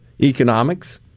economics